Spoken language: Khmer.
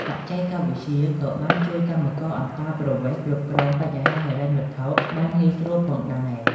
បច្ចេកវិទ្យាក៏បានជួយកម្មករអន្តោប្រវេស៍គ្រប់គ្រងបញ្ហាហិរញ្ញវត្ថុបានងាយស្រួលផងដែរ។